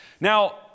Now